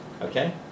Okay